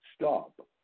stop